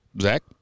Zach